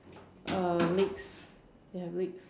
uh legs they have legs